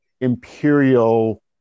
imperial